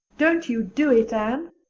don't you do it, anne,